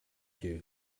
you